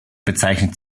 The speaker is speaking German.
bezeichnet